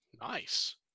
Nice